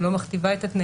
היא לא מכתיבה את התנאים,